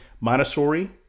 Montessori